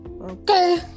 Okay